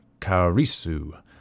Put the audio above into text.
Karisu